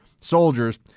soldiers